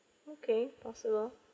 okay possible